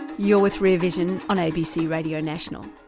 you're with rear vision on abc radio national.